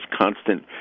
constant